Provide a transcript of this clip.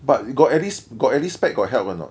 but got at least got at least spec got help or not